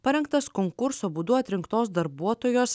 parengtas konkurso būdu atrinktos darbuotojos